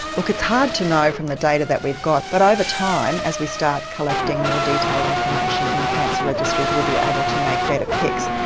look it's hard to know from the data that we've got but over time as we start collecting more detailed information in cancer registries we'll be able to make better picks.